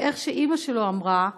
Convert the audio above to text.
וכפי שאימא שלו אמרה,